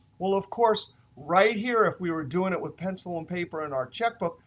well of course right here if we were doing it with pencil and paper and our checkbook,